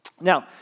Now